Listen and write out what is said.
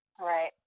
Right